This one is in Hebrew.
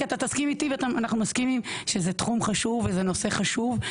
כי אתה תסכים איתי ואנחנו מסכימים שזה תחום חשוב וזה נושא חשוב,